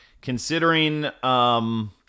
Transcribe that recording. considering